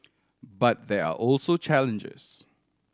but there are also challenges